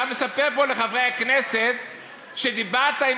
אתה מספר פה לחברי הכנסת שדיברת עם